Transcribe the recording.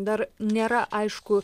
dar nėra aišku